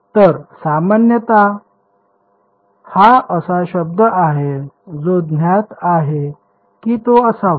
तर सामान्यत हा असा शब्द आहे जो ज्ञात आहे की तो असावा